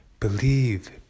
Believe